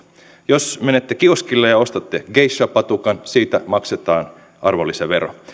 jos menette kioskille ja ostatte geisha patukan siitä maksetaan arvonlisävero